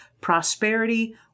prosperity